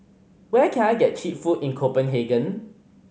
where can I get cheap food in Copenhagen